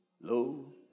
low